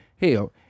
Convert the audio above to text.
Hell